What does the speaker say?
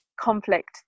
conflict